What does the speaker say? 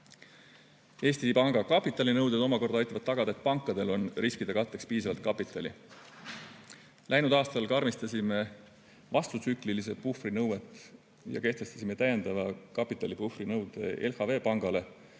Panga kapitalinõuded omakorda aitavad tagada, et pankadel on riskide katteks piisavalt kapitali. Läinud aastal karmistasime vastutsüklilise puhvri nõuet ja kehtestasime täiendava kapitalipuhvri nõude LHV Pangale,